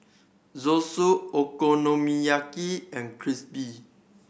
Zosui Okonomiyaki and